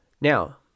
Now